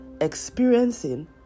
Experiencing